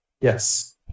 Yes